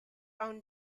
own